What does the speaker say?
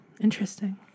Interesting